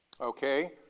Okay